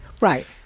Right